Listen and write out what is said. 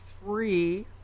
three